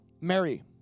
Mary